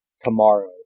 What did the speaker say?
tomorrow